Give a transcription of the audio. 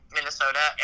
Minnesota